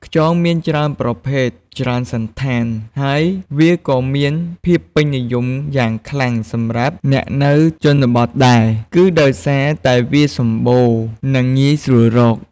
ខ្យងមានជាច្រើនប្រភេទ ច្រើនសណ្ឋាន ហើយវាក៏មានភាពពេញនិយមយ៉ាងខ្លាំងសម្រាប់អ្នកនៅជនបទដែរ គឺដោយសារតែវាសម្បូរ និងងាយស្រួលរក។